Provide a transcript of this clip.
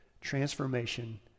transformation